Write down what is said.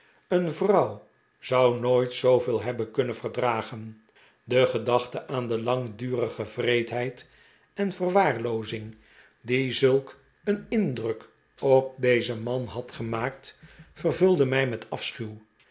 een vrouw zou nooit zooveel hebben kunnen verdragen de gedachte aan de langdurige wreedheid en verwaarloozing die zulk een indruk op dezen man had gemaakt vervulde mij met